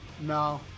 No